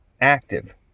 active